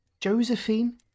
Josephine